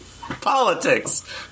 Politics